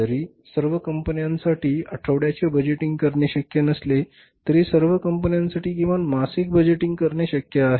जरी सर्व कंपन्यांसाठी आठवड्याचे बजेटिंग करणे शक्य नसले तरी सर्व कंपन्यांसाठी किमान मासिक बजेटिंग करणे शक्य आहे